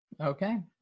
Okay